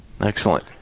Excellent